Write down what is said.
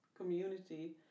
community